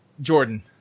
jordan